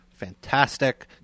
Fantastic